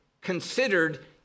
considered